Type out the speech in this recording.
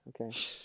Okay